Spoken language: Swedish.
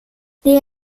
det